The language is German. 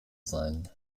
sein